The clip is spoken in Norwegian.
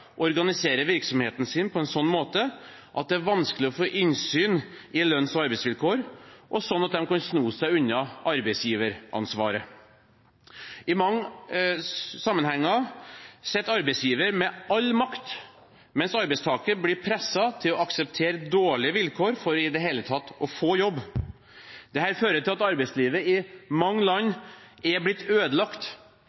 organiserer virksomheten sin på en sånn måte at det er vanskelig å få innsyn i lønns- og arbeidsvilkår, og sånn at de kan sno seg unna arbeidsgiveransvaret. I mange sammenhenger sitter arbeidsgiver med all makt, mens arbeidstaker blir presset til å akseptere dårlige vilkår for i det hele tatt å få jobb. Dette har ført til at arbeidslivet i mange land